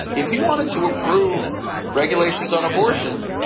if he wanted to approve regulations on abortion,